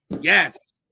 Yes